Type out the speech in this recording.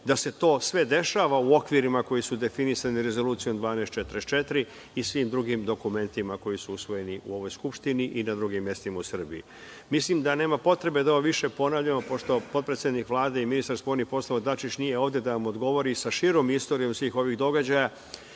da se to sve dešava u okvirima koji su definisani Rezolucijom 1244 i svim drugim dokumentima koji su usvojeni u ovoj Skupštini i na drugim mestima u Srbiji. Mislim, da nema potrebe da ovo više ponavljamo, pošto potpredsednik Vlade i ministar spoljnih poslova Dačić, nije ovde da vam odgovori sa širom istorijom svih ovih događaja.